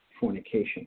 fornication